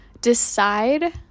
decide